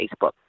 Facebook